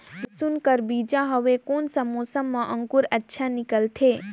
लसुन कर बीजा हवे कोन सा मौसम मां अंकुर अच्छा निकलथे?